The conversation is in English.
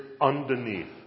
underneath